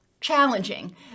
challenging